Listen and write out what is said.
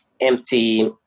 empty